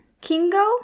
Kingo